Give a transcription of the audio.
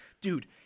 Dude